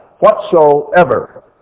whatsoever